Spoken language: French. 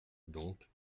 donc